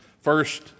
first